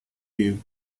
you